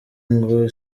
ngo